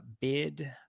bid